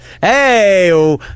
Hey